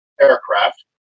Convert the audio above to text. aircraft